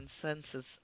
consensus